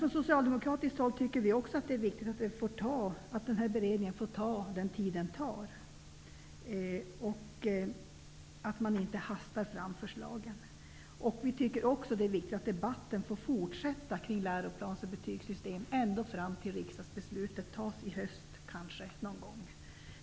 Vi socialdemokrater tycker också att det är viktigt att den här beredningen får ta den tid den tar och att man inte hastar fram förslagen. Vi tycker också att det är viktigt att debatten får fortsätta kring läroplans och betygssystemen ända fram till dess att riksdagsbeslutet fattas någon gång i höst.